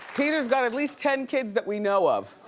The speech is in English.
peter's got at least ten kids that we know of.